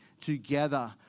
Together